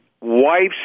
wife's